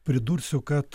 pridursiu kad